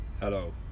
Hello